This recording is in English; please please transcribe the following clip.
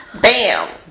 Bam